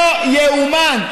לא ייאמן.